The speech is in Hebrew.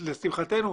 לשמחתנו,